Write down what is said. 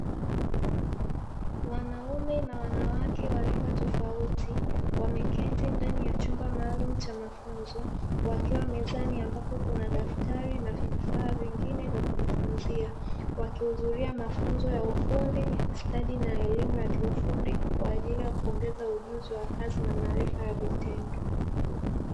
Wanaume an wanawake wa rika tofauti wameketi ndani ya chumba maalumu cha mafunzo wakiwa mezani, ambapo kuna daftari na vifaa vingine vya kujifunzia wakihudhuria mafunzo ya ufundi stadi, na elimu ya kiufundi kwa ajili ya kuongeza ujuzi na maarifa ya kazi na viendo.